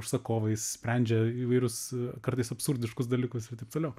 užsakovais sprendžia įvairius kartais absurdiškus dalykus ir taip toliau